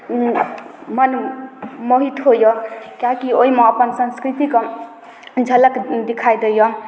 मन मोहित होइए किएक कि ओइमे अपन संस्कृतिके झलक दिखाइ दैये